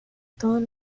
todos